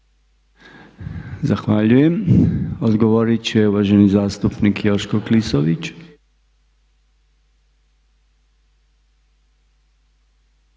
Zahvaljujem. Odgovorit će uvaženi zastupnik Joško Klisović.